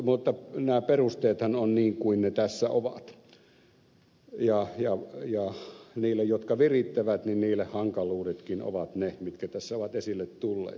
mutta nämä perusteethan ovat niin kuin ne tässä ovat ja niille jotka virittävät hankaluudetkin ovat ne mitkä tässä ovat esille tulleet